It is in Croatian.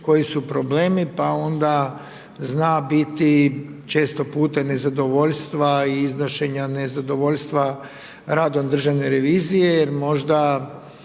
koji su problemi, pa onda zna biti često puta i nezadovoljstva i iznošenja nezadovoljstva radom Državne revizije, jer možda